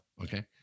Okay